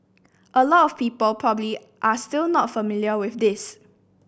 a lot of people probably are still not familiar with this